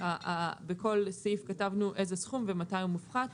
בכל סעיף כתבנו איזה סכום ומתי הוא מופחת.